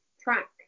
track